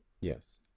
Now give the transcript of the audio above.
Yes